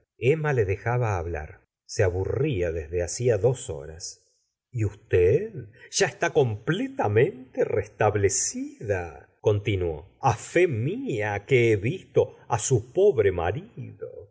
emma le dejaba hablar se aburria desde hacia dos horas y usted está ya completamente restablecida continuó a fe mia que he visto á su pobre magustavo